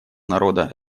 народа